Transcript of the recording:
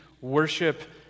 worship